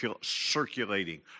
circulating